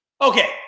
Okay